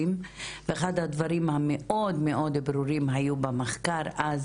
ואחד הדברים המאוד ברורים היו במחקר אז